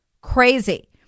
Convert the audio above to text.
Crazy